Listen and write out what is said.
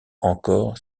encore